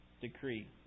decree